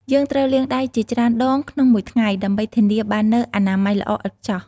យើងត្រូវលាងដៃជាច្រើនដងក្នុងមួយថ្ងៃ ដើម្បីធានាបាននូវអនាម័យល្អឥតខ្ចោះ។